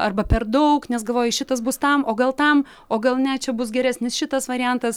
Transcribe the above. arba per daug nes galvoji šitas bus tam o gal tam o gal ne čia bus geresnis šitas variantas